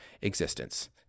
existence